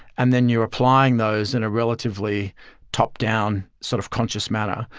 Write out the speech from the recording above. and then you're applying those in a relatively top down sort of conscious manner,